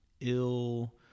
ill